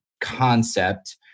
concept